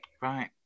Right